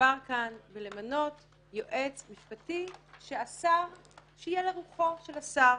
שמדובר כאן על מינוי יועץ משפטי שיהיה לרוחו של השר.